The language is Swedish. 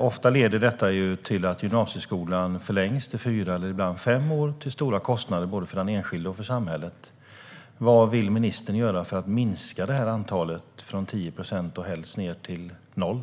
Ofta leder detta till att gymnasieutbildningen förlängs till fyra eller ibland fem år. Det medför stora kostnader både för den enskilda och för samhället. Vad vill ministern göra för att minska detta, från 10 procent till helst 0?